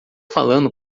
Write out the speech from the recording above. falando